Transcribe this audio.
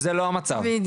וזה לא המצב במקרה הזה.